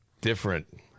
different